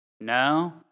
No